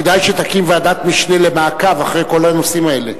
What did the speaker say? כדאי שתקים ועדת משנה למעקב אחרי כל הנושאים האלה,